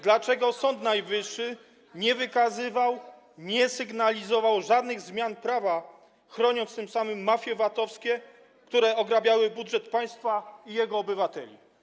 Dlaczego Sąd Najwyższy nie wykazywał, nie sygnalizował żadnych zmian prawa, chroniąc tym samym mafie VAT-owskie, które ograbiały budżet państwa i jego obywateli?